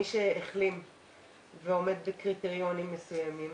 מי שהחלים ועומד בקריטריונים מסוימים,